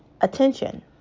attention